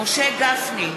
משה גפני,